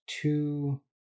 two